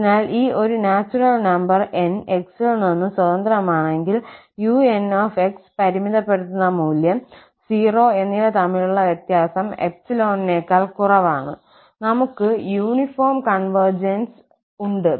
അതിനാൽ ∃ ഒരു natural number 𝑁 𝑥ൽ നിന്ന് സ്വതന്ത്രമാണെങ്കിൽ un𝑥 പരിമിതപ്പെടുത്തുന്ന മൂല്യം 0 എന്നിവ തമ്മിലുള്ള വ്യത്യാസം 𝜖 നേക്കാൾ കുറവാണ് നമുക്ക് യൂണിഫോം കോൺവെർജൻസ് ഉണ്ട്